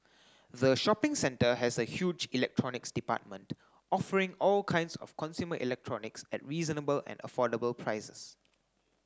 the shopping centre has a huge electronics department offering all kinds of consumer electronics at reasonable and affordable prices